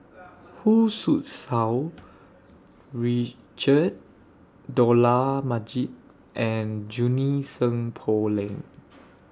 Hu Tsu Tau Richard Dollah Majid and Junie Sng Poh Leng